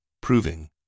proving